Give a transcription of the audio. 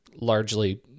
largely